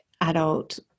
adult